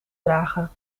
dragen